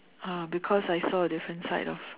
uh because I saw a different side of